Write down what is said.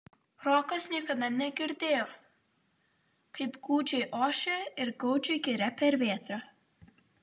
rokas niekada negirdėjo kaip gūdžiai ošia ir gaudžia giria per vėtrą